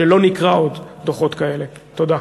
תודה.